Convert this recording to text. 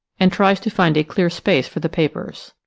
and tries to find a clear space for the papers.